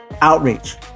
Outreach